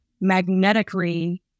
magnetically